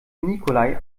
nikolai